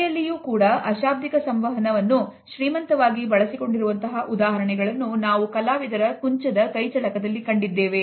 ಕಲೆಯಲ್ಲಿಯು ಕೂಡ ಅಶಾಬ್ದಿಕ ಸಂವಹನ ವನ್ನು ಶ್ರೀಮಂತವಾಗಿ ಬಳಸಿಕೊಂಡಿರುವಂತಹ ಉದಾಹರಣೆಗಳನ್ನು ನಾವು ಕಲಾವಿದರ ಕುಂಚದ ಕೈಚಳಕದಲ್ಲಿ ಕಂಡಿದ್ದೇವೆ